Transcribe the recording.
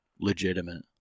legitimate